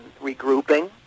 regrouping